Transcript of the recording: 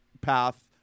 path